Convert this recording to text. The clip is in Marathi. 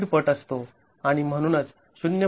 ५ पट असतो आणि म्हणूनच ०